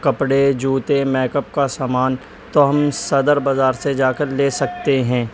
کپڑے جوتے میکپ کا سامان تو ہم صدر بازار سے جا کر لے سکتے ہیں